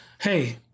Hey